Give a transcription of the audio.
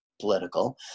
political